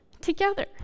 together